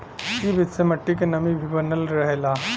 इ विधि से मट्टी क नमी भी बनल रहला